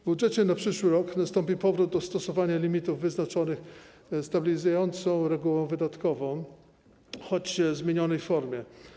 W budżecie na przyszły rok nastąpi powrót do stosowania limitów wyznaczonych stabilizującą regułą wydatkową, choć w zmienionej formie.